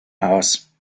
aus